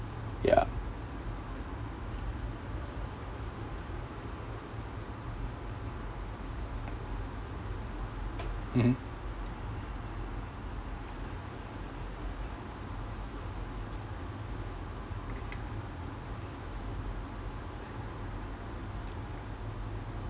yeah